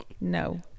No